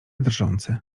drżący